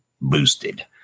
boosted